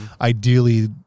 ideally